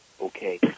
Okay